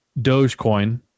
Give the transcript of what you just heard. Dogecoin